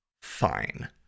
fine